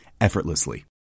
effortlessly